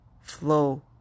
flow